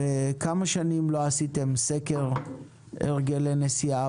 כמה שנים לא עשיתם סקר הרגלי נסיעה